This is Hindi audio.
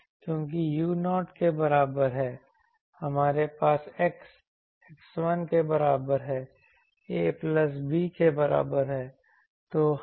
क्योंकि u 0 के बराबर है हमारे पास x x1 के बराबर है a प्लस b के बराबर है